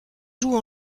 joue